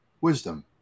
wisdom